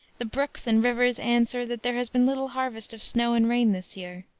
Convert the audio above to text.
the brooks and rivers answer that there has been little harvest of snow and rain this year.